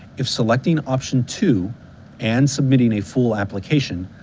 if selecting option two and submitting a full application,